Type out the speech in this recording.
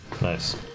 Nice